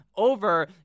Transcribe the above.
over